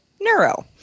Neuro